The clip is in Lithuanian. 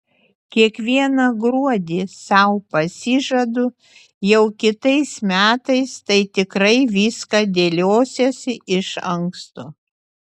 kiekvieną gruodį sau pasižadu jau kitais metais tai tikrai viską dėliosiuosi iš anksto